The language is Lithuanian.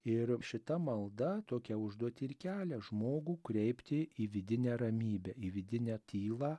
ir šita malda tokią užduotį ir kelia žmogų kreipti į vidinę ramybę į vidinę tylą